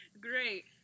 great